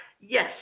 yes